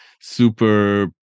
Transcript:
super